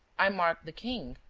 i mark the king,